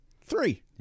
three